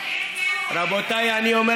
לא.